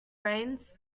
rains